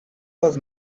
was